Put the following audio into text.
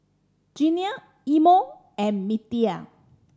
Jeannine Imo and Mittie